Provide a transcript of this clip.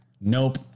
Nope